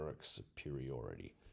superiority